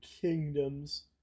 kingdoms